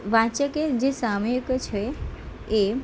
વાચકે જે સામયિકો છે એ